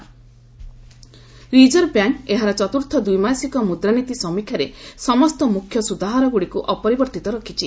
RBI policy rate reserve bank ଏହାର ଚତୁର୍ଥ ଦ୍ୱିମାସିକ ମୁଦ୍ରାନୀତି ସମୀକ୍ଷାରେ ସମସ୍ତ ମୁଖ୍ୟ ସୁଧହାରଗୁଡ଼ିକୁ ଅପରିବର୍ତ୍ତ ରଖିଛି